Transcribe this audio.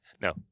No